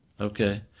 Okay